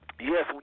Yes